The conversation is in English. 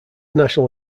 national